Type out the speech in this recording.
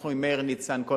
אנחנו כל הזמן